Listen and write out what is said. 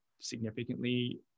significantly